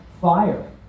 fire